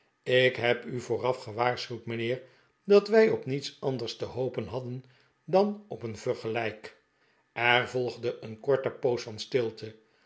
ik heb u vooraf gewaarschuwd r mijnheer dat wij op niets anders te hopen hadden dan op een vergelijk er voigde een korte poos van stilte